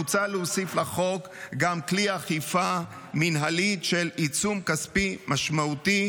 מוצע להוסיף לחוק גם כלי אכיפה מינהלית של עיצום כספי משמעותי,